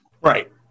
Right